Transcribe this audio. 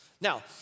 Now